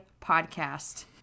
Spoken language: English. podcast